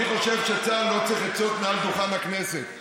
אני חושב שצה"ל לא צריך עצות מעל דוכן הכנסת.